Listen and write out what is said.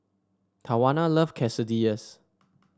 Tawanna love Quesadillas